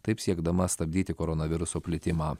taip siekdama stabdyti koronaviruso plitimą